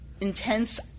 intense